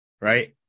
right